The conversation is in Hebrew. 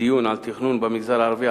בדיון על תכנון במגזר הערבי,